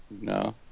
No